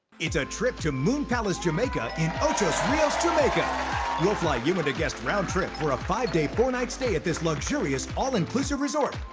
it's a trip to moon palace jamaica in ocho rios, jamaica. we'll fly you and a guest roundtrip for a five-day, four-night stay at this luxurious, all-inclusive resort.